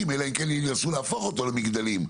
אלא אם כן הם ינסו להפוך אותו למגדלים.